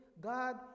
God